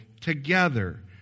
together